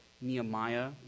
Nehemiah